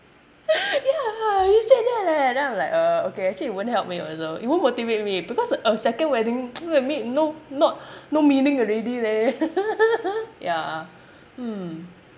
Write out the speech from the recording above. ya he said that leh then I'm like uh okay actually it won't help me also it won't motivate me because a second wedding that will make no not no meaning already leh ya mm